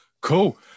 Cool